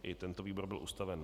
I tento výbor byl ustaven.